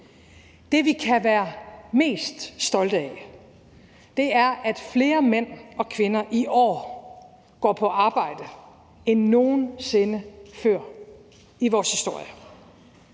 Det, vi kan være mest stolte af, er, at flere mænd og kvinder i år går på arbejde end nogen sinde før i vores historie.